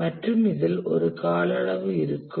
மற்றும் இதில் ஒரு கால அளவு இருக்கும்